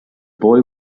boy